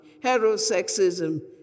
heterosexism